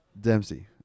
Dempsey